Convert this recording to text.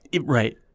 Right